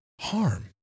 harm